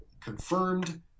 confirmed